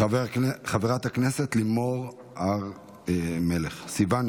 חברת הכנסת לימור סון הר מלך.